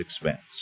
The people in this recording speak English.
expense